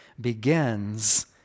begins